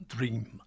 Dream